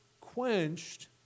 quenched